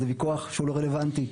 זה ויכוח שהוא לא רלוונטי.